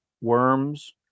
worms